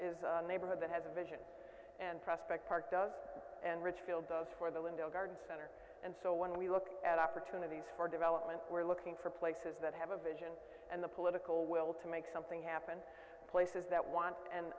is a neighborhood that has a vision and prospect park does and richfield those for the lindo garden center and so when we look at opportunities for development we're looking for places that have a vision and the political will to make something happen places that want and